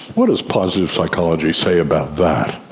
what does positive psychology say about that?